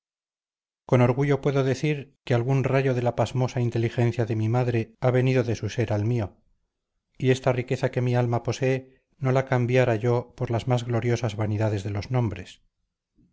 con orgullo puedo decir que algún rayo de la pasmosa inteligencia de mi madre ha venido de su ser al mío y esta riqueza que mi alma posee no la cambiara yo por las más gloriosas vanidades de los nombres